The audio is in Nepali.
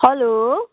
हेलो